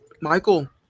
Michael